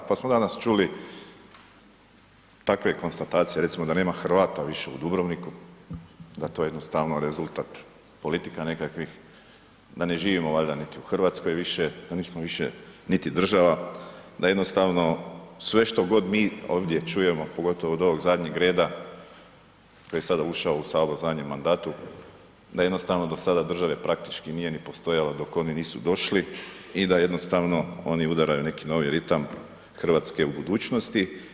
Pa smo danas čuli takve konstatacije recimo da nema Hrvata više u Dubrovniku, da je to jednostavno rezultat politika nekakvih, da ne živimo valjda niti u Hrvatskoj više, da nismo više niti država, da jednostavno sve što god mi ovdje čujemo, pogotovo od ovog zadnjeg reda koji je sada ušao u Sabor u zadnjem mandatu, da jednostavno do sada države praktički nije ni postojalo dok oni nisu došli i da jednostavno oni udaraju neki novi ritam Hrvatske u budućnosti.